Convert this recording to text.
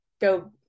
go